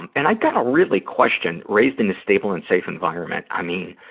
and and i've got to really question raised in a stable and safe environment. i mean,